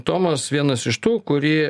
tomas vienas iš tų kurį